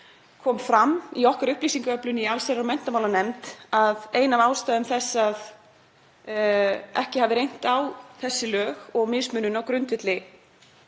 kom fram í okkar upplýsingaöflun í allsherjar- og menntamálanefnd að ein af ástæðum þess að ekki hafi reynt á þessi lög, um mismunun á grundvelli